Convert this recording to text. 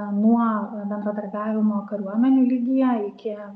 nuo bendradarbiavimo kariuomenių lygyje iki